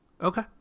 Okay